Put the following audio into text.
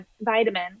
vitamin